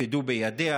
יופקדו בידיה.